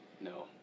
no